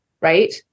Right